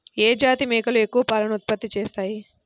ఏ జాతి మేకలు ఎక్కువ పాలను ఉత్పత్తి చేస్తాయి?